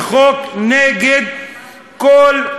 וחוק נגד כל,